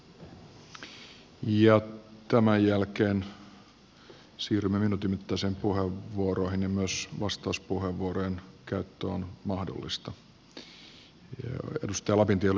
tämän jälkeen siirrymme minuutin mittaisiin puheenvuoroihin ja myös vastauspuheenvuorojen käyttö on mahdollista